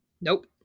Nope